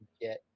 get